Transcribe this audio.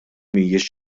mhijiex